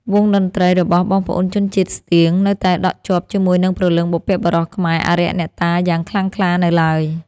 វង់តន្ដ្រីរបស់បងប្អូនជនជាតិស្ទៀង នៅតែដក់ជាប់ជាមួយនឹងព្រលឹងបុព្វបុរសខ្មែរ អារក្ស អ្នកតា យ៉ាងខ្លាំងក្លានៅឡើយ ។